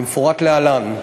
כמפורט להלן.